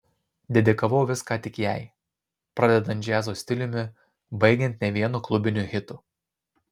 dedikavau viską tik jai pradedant džiazo stiliumi baigiant ne vienu klubiniu hitu